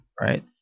Right